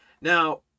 Now